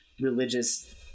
religious